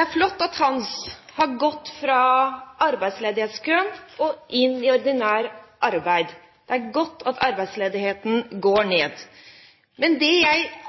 er flott at Hans har gått fra arbeidsledighetskøen og inn i ordinært arbeid. Det er godt at arbeidsledigheten går ned. Men det jeg synes er